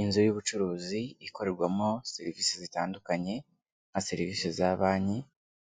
Inzu y'ubucuruzi ikorerwamo serivisi zitandukanye nka serivisi za banki,